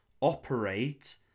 operate